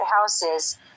houses